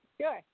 Sure